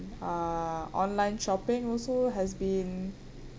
uh online shopping also has been